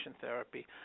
therapy